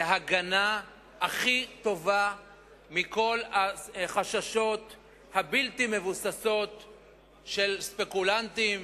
זו ההגנה הכי טובה מכל החששות הבלתי-מבוססים של ספקולנטים